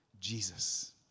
Jesus